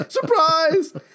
Surprise